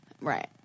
Right